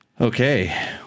Okay